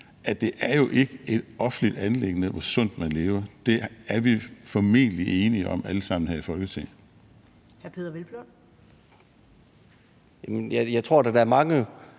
at det jo ikke er et offentligt anliggende, hvor sundt man lever. Det er vi formentlig enige om alle sammen her i Folketinget. Kl. 21:26 Første næstformand